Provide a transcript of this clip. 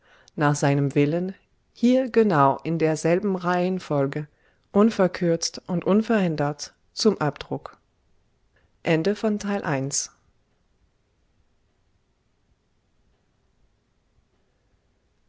nach seinem willen hier genau in derselben reihenfolge unverkürzt und unverändert zum abdruck